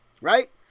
Right